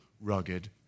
rugged